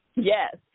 Yes